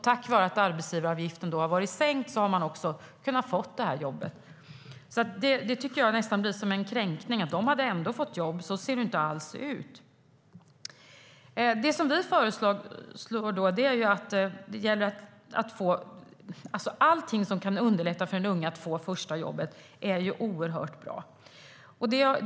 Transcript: Tack vare att arbetsgivaravgiften har varit lägre har de fått jobben. Det är nästan en kränkning att hävda att de ändå hade fått jobb. Så ser det inte ut. Vi anser att allt som underlättar för den unga att få första jobbet är oerhört bra.